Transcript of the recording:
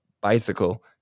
bicycle